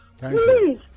Please